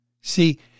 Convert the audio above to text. See